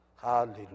hallelujah